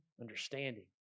understanding